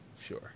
Sure